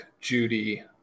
Judy